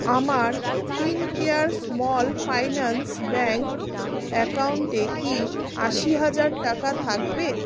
আমার Fincare small finance bank অ্যাকাউন্টে কি আশি হাজার টাকা থাকবে